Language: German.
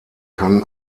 kann